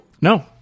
No